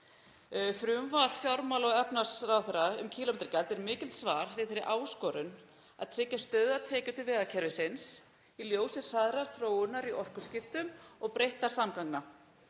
Frumvarp fjármála- og efnahagsráðherra um kílómetragjald er mikið svar við þeirri áskorun að tryggja stöðugar tekjur til vegakerfisins í ljósi hraðrar þróunar í orkuskiptum og breyttra samgangna.